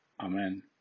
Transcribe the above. Amen